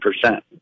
percent